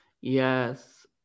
yes